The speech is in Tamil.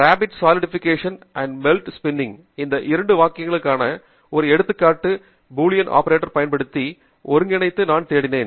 இந்த 2 வாக்கியங்களுக்கான ஒரு எடுத்துக்காட்டு பூலியன் ஆபரேட்டர் பயன்படுத்தி ஒருங்கிணைத்து நான் தேடினேன்